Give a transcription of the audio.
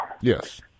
Yes